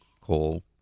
coal